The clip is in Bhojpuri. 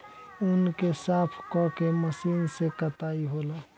ऊँन के साफ क के मशीन से कताई होला